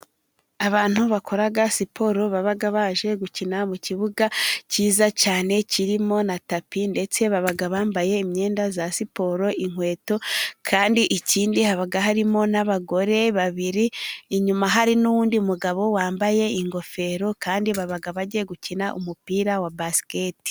Abantu bakora siporo baba baje gukina mu kibuga cyiza cyane, kirimo na tapi. Ndetse baba bambaye imyenda ya siporo, inkweto. Kandi ikindi haba harimo n'abagore babiri inyuma hari n'undi mugabo wambaye ingofero, kandi baba bagiye gukina umupira wa basiketi.